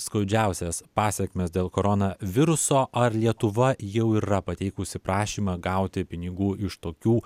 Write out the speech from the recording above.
skaudžiausias pasekmes dėl corona viruso ar lietuva jau yra pateikusi prašymą gauti pinigų iš tokių